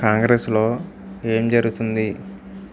కాంగ్రెస్లో ఏం జరుగుతోంది